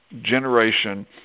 generation